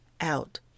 out